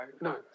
No